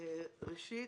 ראשית,